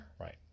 Right